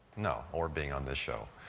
no, or being on this show,